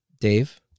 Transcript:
Dave